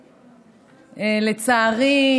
לצערי,